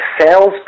sales